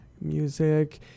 music